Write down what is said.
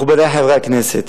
מכובדי חברי הכנסת,